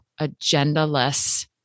agendaless